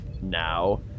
now